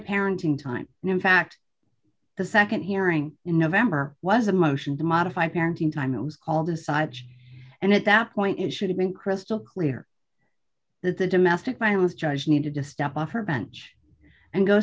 parenting time and in fact the nd hearing in november was a motion to modify parenting time it was called decide and at that point it should have been crystal clear that the domestic violence judge needed to step off her bench and go